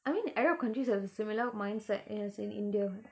I mean arab countries have a similar mindset as in india